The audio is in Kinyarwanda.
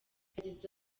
yagize